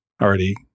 already